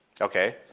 Okay